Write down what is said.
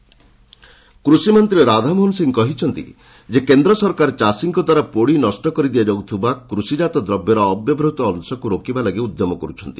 ରାଧାମୋହନ କୃଷି ମନ୍ତ୍ରୀ ରାଧାମୋହନ ସିଂହ କହିଛନ୍ତି ଯେ କେନ୍ଦ୍ର ସରକାର ଚାଷୀଙ୍କ ଦ୍ୱାରା ପୋଡ଼ି ନଷ୍ଟ କରିଦିଆଯାଉଥିବା କୃଷିକାତ ଦ୍ରବ୍ୟର ଅବ୍ୟବହୃତ ଅଂଶକୁ ରୋକିବା ଲାଗି ଉଦ୍ୟମ କରୁଛନ୍ତି